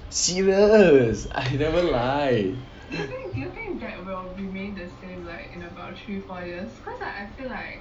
serious I never lie